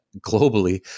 globally